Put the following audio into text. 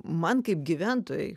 man kaip gyventojai